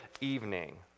evening